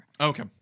Okay